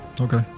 Okay